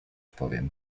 powiem